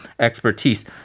Expertise